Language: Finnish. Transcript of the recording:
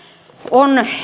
on